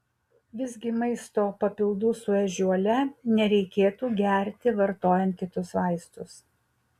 visgi maisto papildų su ežiuole nereikėtų gerti vartojant kitus vaistus